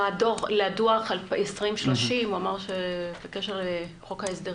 לדו"ח 2030. בקשר לחוק ההסדרים.